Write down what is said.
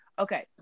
okay